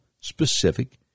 specific